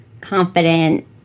confident